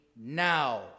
now